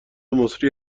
مسری